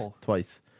Twice